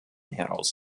heraus